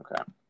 Okay